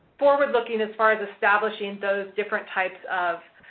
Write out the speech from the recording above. forward looking as far as establishing those different types of